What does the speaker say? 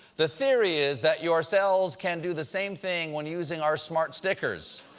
the theory is that your cells can do the same thing when using our smart stickers.